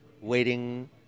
waiting